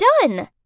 done